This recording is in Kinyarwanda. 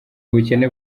ubukene